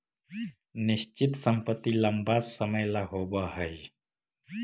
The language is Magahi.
निश्चित संपत्ति लंबा समय ला होवऽ हइ